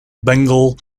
bengal